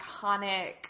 iconic